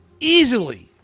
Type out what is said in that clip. easily